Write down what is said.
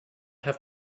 have